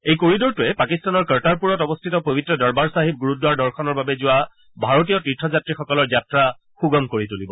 এই কৰিডৰটোৱে পাকিস্তানৰ কৰ্টাৰপুৰত অৱস্থিত পৱিত্ৰ দৰবাৰ চাহিব গুৰুদ্বাৰ দৰ্শনৰ বাবে যোৱা ভাৰতীয় তীৰ্থযাত্ৰীসকলৰ যাত্ৰা সূগম কৰি তুলিব